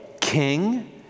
king